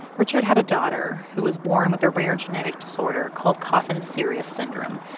richard had a daughter who was born with a rare genetic disorder called coffin-siris syndrome.